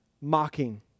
mocking